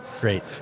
Great